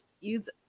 use